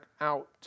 out